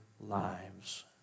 lives